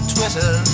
Twitter